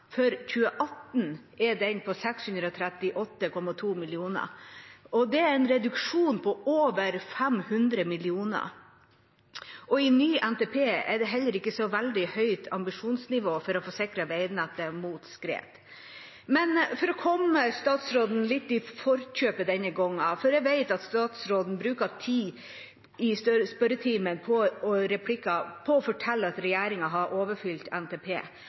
For 2018 er den på 638,2 mill. kr. Det er en reduksjon på over 500 mill. kr, og i ny NTP er det heller ikke så veldig høyt ambisjonsnivå for å få sikret veinettet mot skred. Men la meg komme statsråden litt i forkjøpet denne gangen, for jeg vet at statsråden bruker tid i spørretimen og i replikkordskifter på å fortelle at regjeringen har overoppfylt NTP.